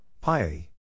Pi